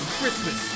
Christmas